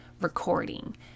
recording